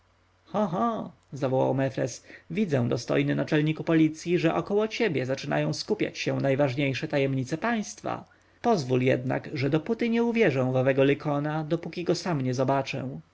ho zawołał mefres widzę dostojny naczelniku policji że około ciebie zaczynają skupiać się najwyższe tajemnice państwa pozwól jednak że dopóty nie uwierzę w owego lykona dopóki go sam nie zobaczę